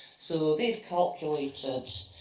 so they've calculated,